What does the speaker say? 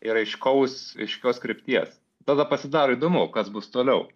ir aiškaus aiškios krypties tada pasidaro įdomu kas bus toliau